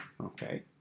Okay